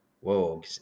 Whoa